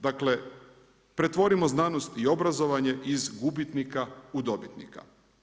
Dakle pretvorimo znanost i obrazovanje iz gubitnika u dobitnika.